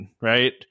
right